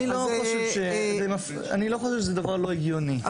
אני לא חושב שזה דבר לא הגיוני.